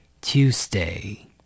Tuesday